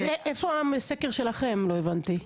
לא הבנתי.